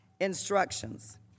instructions